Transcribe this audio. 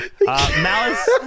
Malice